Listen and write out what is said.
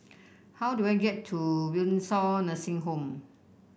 how do I get to Windsor Nursing Home